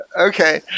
Okay